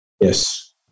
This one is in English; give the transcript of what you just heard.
Yes